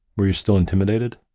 were you still intimidated?